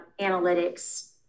analytics